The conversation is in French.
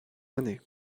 année